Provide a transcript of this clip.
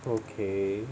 okay